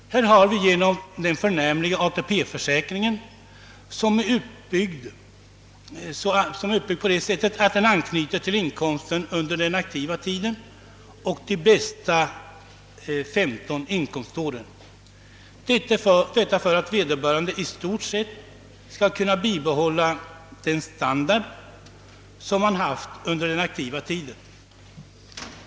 Vi har genomfört den förnämliga ATP försäkringen som är uppbyggd så, att den anknyter till inkomsten under den aktiva tiden, närmare bestämt till de 15 bästa inkomståren, detta för att vederbörande i stort sett skall kunna bibehålla den standard som han haft under sin aktiva tid.